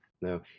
No